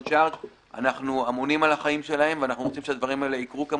אנחנו אמונים על החיים שלהם ורוצים שהדברים הללו יקרו.